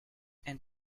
and